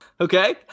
Okay